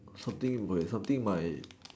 something will like something might